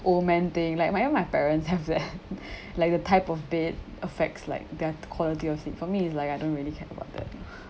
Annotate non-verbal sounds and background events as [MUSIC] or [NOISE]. old man thing like my own my parents have that [LAUGHS] like the type of bed affects like their quality of sleep for me is like I don't really care about them